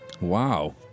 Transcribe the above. Wow